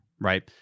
Right